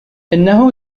إنه